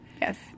Yes